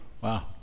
Wow